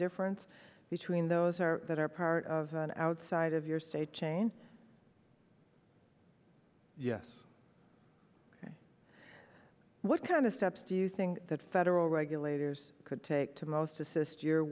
difference between those are that are part of an outside of your state chain yes what kind of steps do you think that federal regulators could take to most assist your